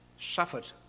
suffered